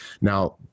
now